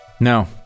No